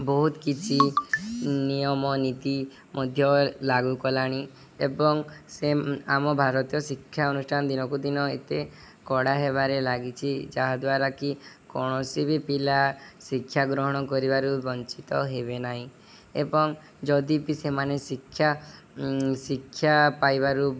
ବହୁତ କିଛି ନିୟମ ନୀତି ମଧ୍ୟ ଲାଗୁ କଲାଣି ଏବଂ ସେ ଆମ ଭାରତୀୟ ଶିକ୍ଷ ଅନୁଷ୍ଠାନ ଦିନକୁ ଦିନ ଏତେ କଡ଼ା ହେବାରେ ଲାଗିଛି ଯାହାଦ୍ୱାରା କି କୌଣସି ବି ପିଲା ଶିକ୍ଷା ଗ୍ରହଣ କରିବାରୁ ବଞ୍ଚିତ ହେବେ ନାହିଁ ଏବଂ ଯଦି ବି ସେମାନେ ଶିକ୍ଷା ଶିକ୍ଷା ପାଇବାରୁ